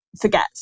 Forget